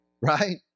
right